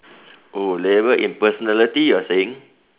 oh label in personality you're saying